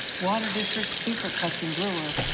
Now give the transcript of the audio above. water districts, supercuts in brewer,